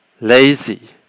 lazy